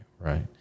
right